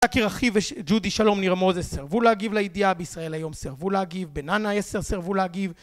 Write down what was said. זכי רכיב וג'ודי שלום ניר מוזס סירבו להגיב לידיעה, בישראל היום סירבו להגיב, בנענע 10 סירבו להגיב